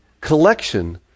collection